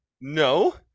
no